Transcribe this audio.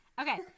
Okay